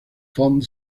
font